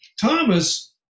Thomas